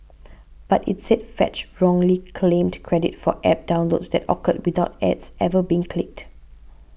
but it said Fetch wrongly claimed credit for App downloads that occurred without ads ever being clicked